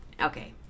okay